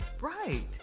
Right